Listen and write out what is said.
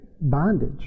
bondage